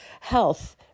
health